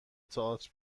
تئاتر